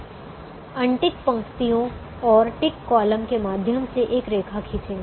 untick पंक्तियों और tick column के माध्यम से एक रेखा खींचेंगे